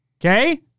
Okay